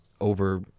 over